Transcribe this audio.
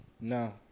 No